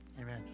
Amen